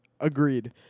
Agreed